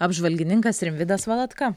apžvalgininkas rimvydas valatka